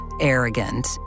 arrogant